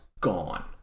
gone